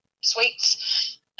sweets